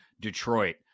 Detroit